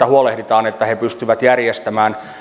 huolehditaan että he pystyvät järjestämään ne